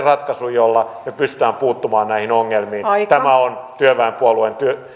ratkaisun jolla me pystymme puuttumaan näihin ongelmiin tämä on työväenpuolueen